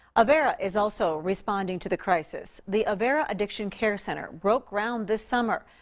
avera is also responding to the crisis. the avera addiction care center broke ground this summer.